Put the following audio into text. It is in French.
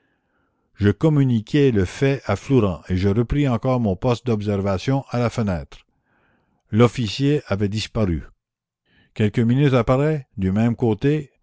je communiquai le fait à flourens et je repris encore mon poste d'observation à la fenêtre l'officier avait disparu quelques minutes après du même côté